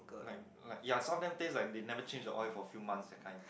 like like yea some of them taste like they never change the oil for few months that kind